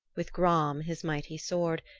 with gram, his mighty sword,